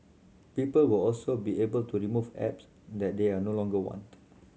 people will also be able to remove apps that they are no longer want